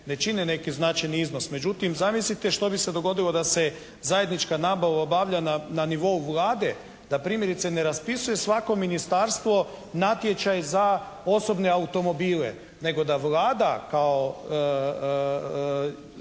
ne čine neki značajni iznos. Međutim, zamislite što bi se dogodilo da se zajednička nabava obavlja na nivou Vlade. Da primjerice ne raspisuje svako ministarstvo natječaj za osobne automobile nego da Vlada kao